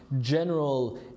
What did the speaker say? general